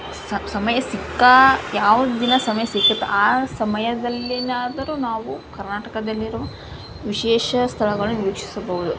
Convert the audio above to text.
ಸ ಸಮಯ ಸಿಕ್ಕ ಯಾವ ದಿನ ಸಮಯ ಸಿಕ್ಕಿತು ಆ ಸಮಯದಲ್ಲಿಯಾದರೂ ನಾವು ಕರ್ನಾಟಕದಲ್ಲಿರುವ ವಿಶೇಷ ಸ್ಥಳಗಳನ್ನು ವೀಕ್ಷಿಸಬಹುದು